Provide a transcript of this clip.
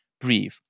breathe